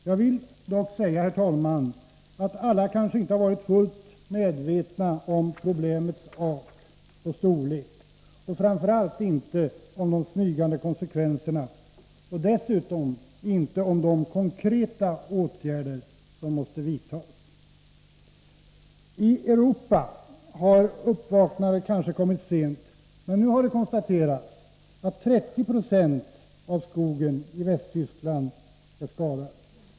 Jag vill dock säga, herr talman, att alla kanske inte har varit fullt medvetna om problemets art och storlek och framför allt inte om de smygande konsekvenserna och dessutom inte om de konkreta åtgärder som måste vidtas. I Europa har uppvaknandet kanske kommit sent, men nu har det konstaterats att 30 20 av skogen i Västtyskland är skadad.